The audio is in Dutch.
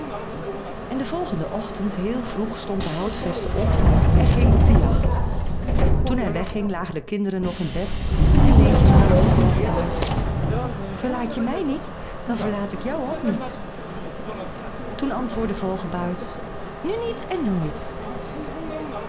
en den volgenden ochtend heel vroeg stond de houtvester op en ging op de jacht toen hij weg ging lagen de kinderen nog in bed en leentje sprak tot vogelbuit verlaat je mij niet dan verlaat ik jou ook niet toen antwoordde vogelbuit nu niet en nooit